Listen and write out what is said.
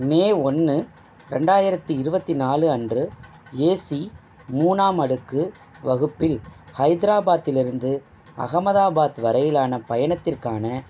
மே ஒன்று ரெண்டாயிரத்து இருபத்தி நாலு அன்று ஏசி மூணாம் அடுக்கு வகுப்பில் ஹைத்ராபாத்திலிருந்து அகமதாபாத் வரையிலான பயணத்திற்கான